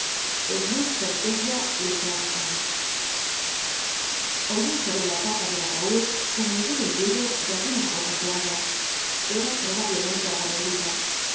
lux perpetua luceat ei oyó sobre la tapa del ataud como el débil ruido de algunas gotas de agua era probablemente agua bendita